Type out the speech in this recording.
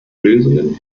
lösungen